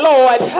Lord